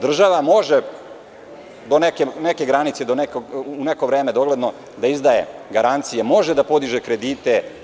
Država može do neke granice, u neko vreme dogledno, da izdaje garancije, može da podiže kredite.